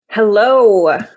Hello